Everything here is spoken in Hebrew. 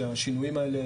זה שהשינויים האלה